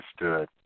understood